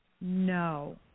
no